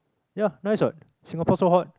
ya nice wat Singapore so hot